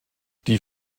die